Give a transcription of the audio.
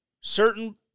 certain